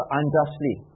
unjustly